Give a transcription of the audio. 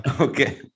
Okay